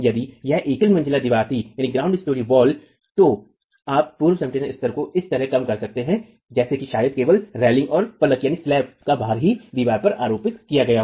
यदि यह एकल मंजिला दीवार थी तो आप पूर्व संपीडन स्तर को इस तरह कम करते हैं जैसे कि शायद केवल रेलिंग और फलक का भार ही दीवार पर आरोपित किया गया हो